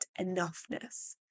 enoughness